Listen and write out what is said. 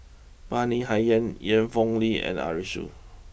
Bani Haykal Ian for Ong Li and Arasu